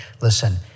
Listen